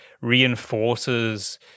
reinforces